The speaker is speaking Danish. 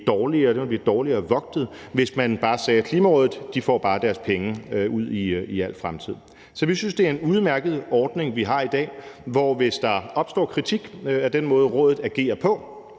dårligere vogtet, hvis man bare sagde: Klimarådet får bare deres penge ud i al fremtid. Så vi synes, det er en udmærket ordning, vi har i dag, hvor, hvis der opstår kritik af den måde, rådet agerer på,